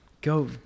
Go